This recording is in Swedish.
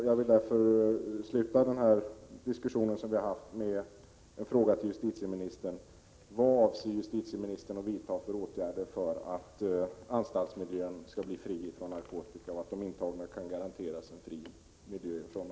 Jag vill därför avsluta denna diskussion som vi har haft med en fråga till justitieministern.